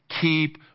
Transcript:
Keep